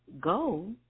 go